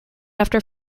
after